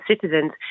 citizens